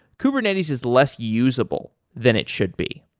kubernetes is less usable than it should be.